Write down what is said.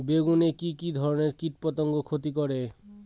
বেগুনে কি কী ধরনের কীটপতঙ্গ ক্ষতি করে?